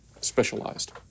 specialized